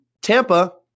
Tampa